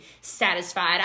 satisfied